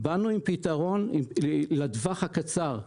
באנו עם פתרון לטווח הקצר,